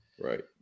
Right